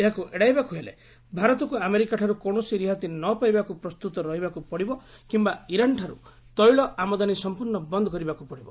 ଏହାକୁ ଏଡ଼ାଇବାକୁ ହେଲେ ଭାରତକୁ ଆମେରିକାଠାରୁ କୌଣସି ରିହାତି ନ ପାଇବାକୁ ପ୍ରସ୍ତୁତ ରହିବାକୁ ପଡ଼ିବ କିମ୍ବା ଇରାନ୍ଠାରୁ ତୈଳ ଆମଦାନୀ ସମ୍ପର୍ଣ୍ଣ ବନ୍ଦ୍ କରିବାକୁ ପଡ଼ିବ